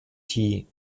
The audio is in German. tee